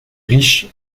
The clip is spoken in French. riche